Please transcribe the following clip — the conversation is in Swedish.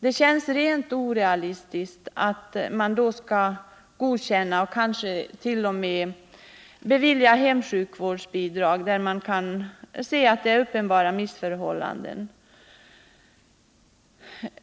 Det känns orealistiskt att godkänna och kanske t.o.m. bevilja hemsjukvårdsbidrag i fall där uppenbara missförhållanden